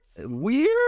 weird